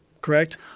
Correct